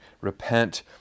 Repent